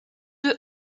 deux